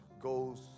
goes